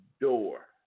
door